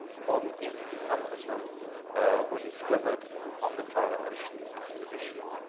more than eighty percent of them were discovered on the tara oceans expedition.